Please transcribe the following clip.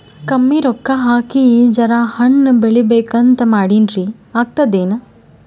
ಕಮ್ಮಿ ರೊಕ್ಕ ಹಾಕಿ ಜರಾ ಹಣ್ ಬೆಳಿಬೇಕಂತ ಮಾಡಿನ್ರಿ, ಆಗ್ತದೇನ?